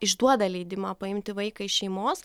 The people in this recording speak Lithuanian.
išduoda leidimą paimti vaiką iš šeimos